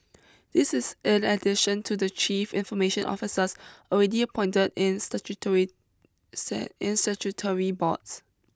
this is in addition to the chief information officers already appointed in statutory in statutory boards